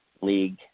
League